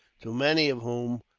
to many of whom,